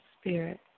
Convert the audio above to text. spirit